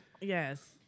Yes